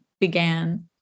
began